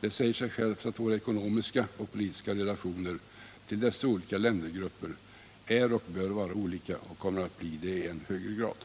Det säger sig självt att våra ekonomiska och politiska relationer till dessa olika ländergrupper är och bör vara olika och att de kommer att bli det i ännu högre grad.